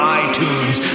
iTunes